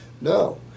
No